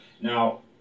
Now